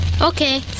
Okay